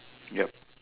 yup